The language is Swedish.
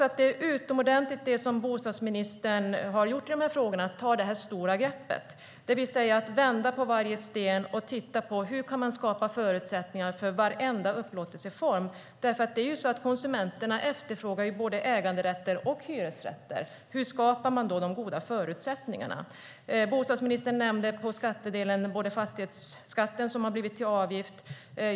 Att ta det här stora greppet och vända på varje sten och titta på hur man kan skapa förutsättningar för varenda upplåtelseform som bostadsministern har gjort är utomordentligt. Konsumenterna efterfrågar både äganderätter och hyresrätter. Hur skapar man då de goda förutsättningarna? På skattesidan nämnde bostadsministern fastighetsskatten som har blivit avgift.